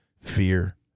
fear